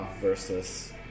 versus